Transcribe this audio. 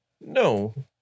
No